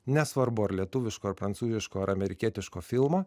nesvarbu ar lietuviško ar prancūziško ar amerikietiško filmo